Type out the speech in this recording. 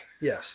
Yes